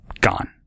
gone